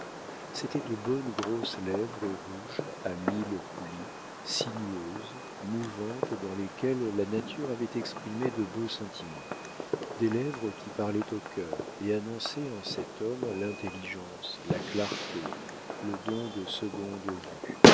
c'était de bonnes grosses lèvres rouges à mille plis sinueuses mouvantes dans lesquelles la nature avait exprimé de beaux sentiments des lèvres qui parlaient au cœur et annonçaient en cet homme l'intelligence la clarté le don de seconde vue